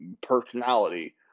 personality